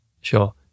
Sure